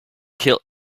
kill